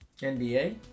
NBA